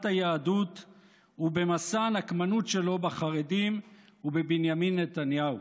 היהדות ובמסע נקמנות שלו בחרדים ובבנימין נתניהו.